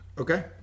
Okay